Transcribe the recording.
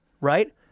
right